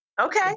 Okay